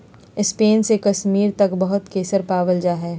Spain से कश्मीर तक बहुत केसर पावल जा हई